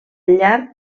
llarg